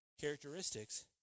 characteristics